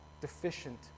deficient